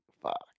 Fuck